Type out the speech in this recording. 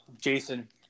Jason